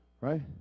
Right